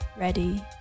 ready